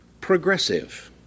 progressive